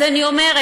אז אני אומרת,